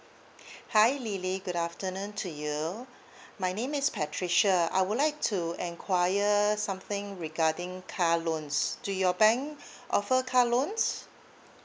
hi lily good afternoon to you my name is patricia I would like to enquire something regarding car loans do your bank offer car loans